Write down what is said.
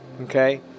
Okay